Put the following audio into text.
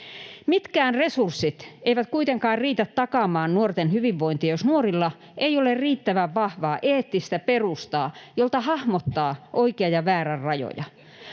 Mitkään resurssit eivät kuitenkaan riitä takaamaan nuorten hyvinvointia, jos nuorilla ei ole riittävän vahvaa eettistä perustaa, jolta hahmottaa oikean ja väärän rajoja.